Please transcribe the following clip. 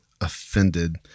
offended